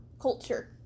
culture